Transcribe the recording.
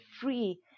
free